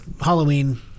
Halloween